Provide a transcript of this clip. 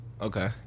Okay